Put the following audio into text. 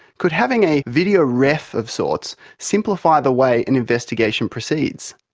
could having a video ref of sorts simplify the way an investigation proceeds?